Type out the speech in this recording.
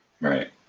Right